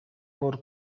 paul